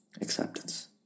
acceptance